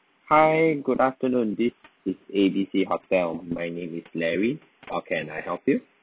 hi good afternoon this is A B C hotel my name is larry how can I help you